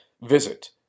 Visit